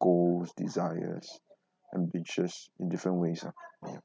goals desires ambitious different ways ah